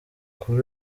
kuri